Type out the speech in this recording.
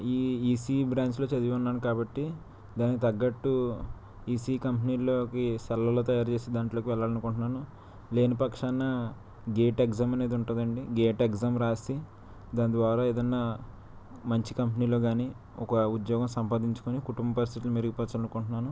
ఈ ఈసిఈ బ్రాంచిలో చదివున్నాను కాబట్టి దానికి తగ్గట్టు ఈసీఈ కంపెనీలోకి సెల్లులు తయారు చేసే దాంట్లోకి వెళ్ళాలిఅనుకుంటున్నాను లేని పక్షాన గేట్ ఎక్సామ్ అనేది ఉంటుంది అండి గేట్ ఎక్సామ్ రాసి దాని ద్వారా ఏదన్న మంచి కంపెనీలో గాని ఒక ఉద్యోగం సంపాదించుకుని కుటుంబ పరిస్థితి మెరుగుపరచాలి అనుకుంటున్నాను